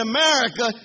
America